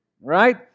Right